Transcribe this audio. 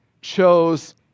chose